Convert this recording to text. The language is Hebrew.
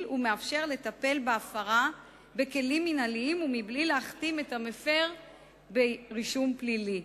ומאפשר לטפל בהפרה בכלים מינהליים ומבלי להכתים את המפר ברישום פלילי.